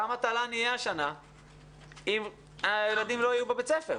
כמה תל"ן יהיה השנה אם הילדים לא יהיו בבית הספר?